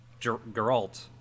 Geralt